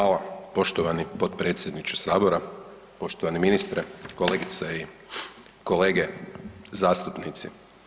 Hvala poštovani potpredsjedniče sabora, poštovani ministre, kolegice i kolege zastupnici.